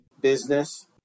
business